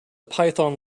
python